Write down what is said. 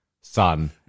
son